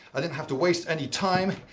i didn't have to waste any time.